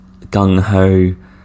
gung-ho